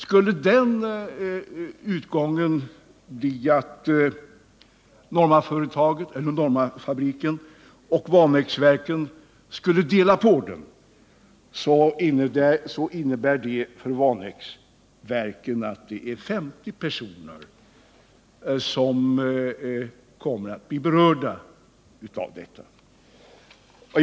Skulle utgången bli den att Norma Projektilfabrik och Vanäsverken fick dela på ordern, blir 50 personer på Vanäsverken berörda.